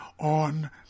on